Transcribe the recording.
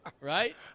right